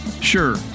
Sure